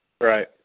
Right